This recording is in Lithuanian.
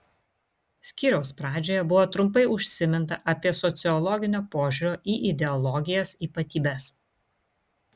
skyriaus pradžioje buvo trumpai užsiminta apie sociologinio požiūrio į ideologijas ypatybes